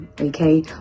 okay